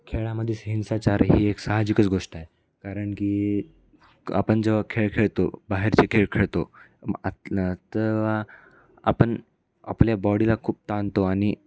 खेळामध्येच हिंसाचार ही एक साहजिकच गोष्ट आहे कारण की आपण जेव्हा खेळ खेळतो बाहेरचे खेळ खेळतो आतले तर आपण आपल्या बॉडीला खूप ताणतो आणि